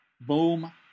Boom